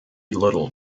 little